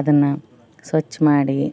ಅದನ್ನು ಸ್ವಚ್ಛ ಮಾಡಿ